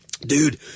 Dude